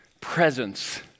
presence